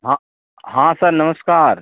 हाँ हाँ सर नमस्कार